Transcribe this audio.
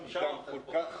לא יקרה